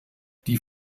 die